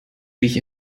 sich